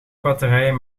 batterijen